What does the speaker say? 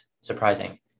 surprising